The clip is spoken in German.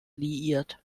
liiert